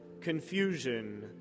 confusion